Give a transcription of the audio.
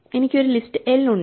എനിക്ക് ഒരു ലിസ്റ്റ് എൽ ഉണ്ട്